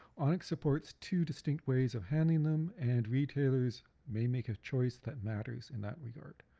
onix supports two distinct ways of handling them and retailers may make a choice that matters in that regard.